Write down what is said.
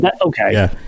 okay